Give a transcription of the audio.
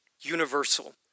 universal